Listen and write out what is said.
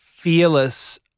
Fearless